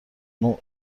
نوع